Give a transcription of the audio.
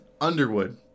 Underwood